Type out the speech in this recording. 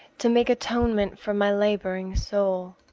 to make atonement for my labouring soul.